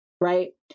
Right